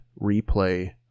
Replay